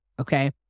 okay